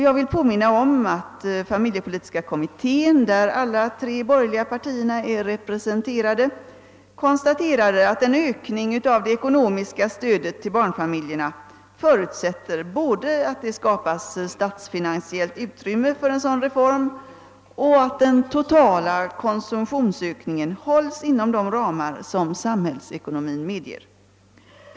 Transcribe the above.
Jag vill påminna om att familjepolitiska kommittén, där alla de tre borgerliga partierna är representerade, konstaterade att en ökning av det ekonomiska stödet till barnfamiljerna förutsätter både att det skapas statsfinansiellt utrymme för en sådan reform och att den totala konsumtionsökningen hålls inom de ramar som samhällsekonomin medger.